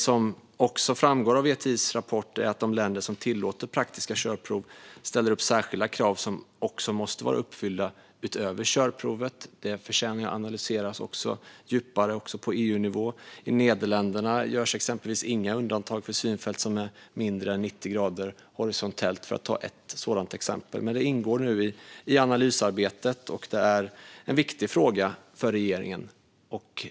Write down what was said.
Det som framgår av VTI:s rapport är att de länder som tillåter praktiska körprov ställer upp särskilda krav som också måste vara uppfyllda utöver körprovet. Det förtjänar att analyseras djupare också på EU-nivå. I exempelvis Nederländerna görs inga undantag för synfält som är mindre än 90 grader horisontellt - för att ta fram ett sådant exempel. Detta ingår nu i analysarbetet, och det är en viktig fråga för regeringen.